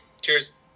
Cheers